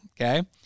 okay